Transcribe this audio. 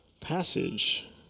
passage